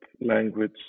language